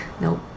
Nope